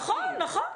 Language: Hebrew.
נכון.